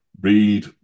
read